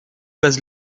base